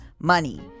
money